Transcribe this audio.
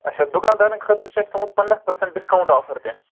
اَچھا دُکان دارن خٲطرٕ چھِ اَسہِ تھوٚومُت پنٛداہ پٔرسنٛٹ ڈِسکاوُنٛٹ آفر تہِ